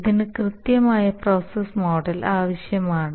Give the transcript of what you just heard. ഇതിന് കൃത്യമായ process model ആവശ്യമാണ്